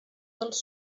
dels